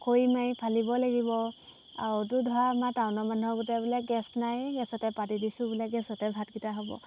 খৰি নাই ফালিব লাগিব আৰু তো ধৰা আমাৰ টাউনৰ মানুহৰ গোটেই বোলে গেছ নাই গেছতে পাতি দিছোঁ বোলে গেছতে ভাতকেইটা হ'ব